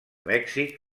mèxic